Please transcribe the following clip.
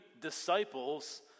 disciples